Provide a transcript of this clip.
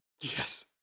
Yes